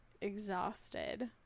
exhausted